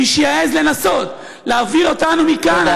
מי שיעז לנסות להעביר אותנו מכאן,